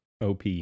op